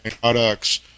products